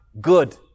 good